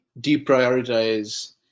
deprioritize